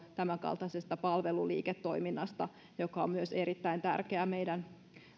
tämänkaltaisesta palveluliiketoiminnasta joka on myös erittäin tärkeää meidän